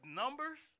numbers